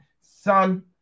Son